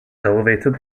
elevated